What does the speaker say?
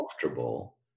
comfortable